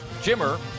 Jimmer